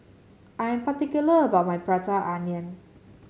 I am particular about my Prata Onion